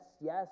yes